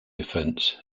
defence